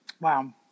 Wow